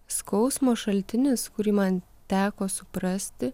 skausmo šaltinis kurį man teko suprasti